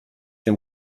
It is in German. dem